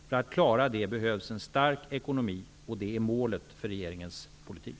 För att klara det behövs en stark ekonomi, och det är målet för regeringens politik.